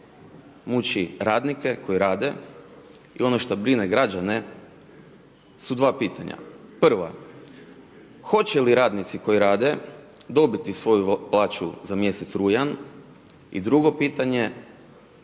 muči radnike koji rade i ono šta brine građane su dva pitanja, prvo hoće li radnici koji rade dobiti svoju plaću za mjesec rujan i drugo pitanje,